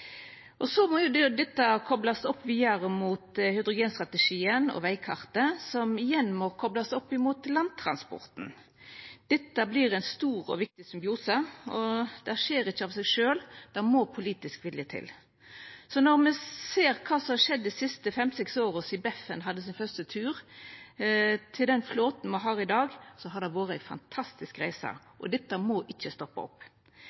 må vidare koplast opp mot hydrogenstrategien og vegkartet, som igjen må koplast opp mot landtransporten. Dette vert ein stor og viktig symbiose, og det skjer ikkje av seg sjølv – det må politisk vilje til. Når me ser kva som har skjedd dei siste fem–seks åra – frå «Beffen» hadde sin første tur, til den flåten me har i dag – har det vore ei fantastisk reise, og dette må ikkje stoppa opp.